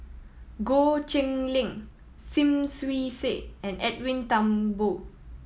Goh Cheng Liang Lim Swee Say and Edwin Thumboo